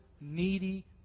needy